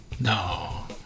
No